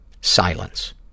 Silence